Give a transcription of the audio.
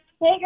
Hey